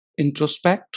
introspect